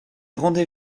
rendez